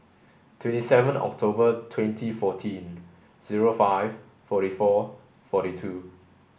twenty seven October twenty fourteen zero five forty four forty two